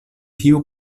tiu